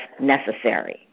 necessary